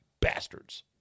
bastards